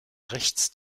rechts